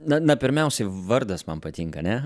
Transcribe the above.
na na pirmiausiai vardas man patinka ane